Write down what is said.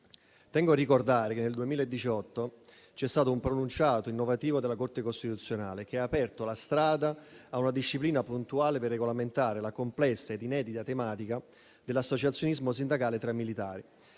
Tengo a ricordare che nel 2018 c'è stato un pronunciato innovativo della Corte costituzionale che ha aperto la strada a una disciplina puntuale per regolamentare la complessa e inedita tematica dell'associazionismo sindacale tra militari,